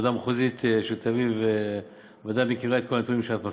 הוועדה המחוזית של תל-אביב בוודאי מכירה את כל הנתונים שאת מסרת.